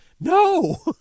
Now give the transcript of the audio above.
No